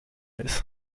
eyes